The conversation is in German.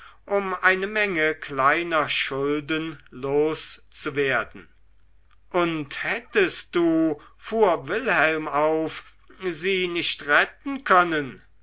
um eine menge kleiner schulden loszuwerden und hättest du fuhr wilhelm auf sie nicht retten können